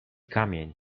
kamień